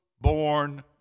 born